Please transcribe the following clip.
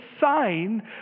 sign